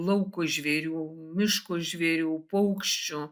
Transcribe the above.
lauko žvėrių miško žvėrių paukščių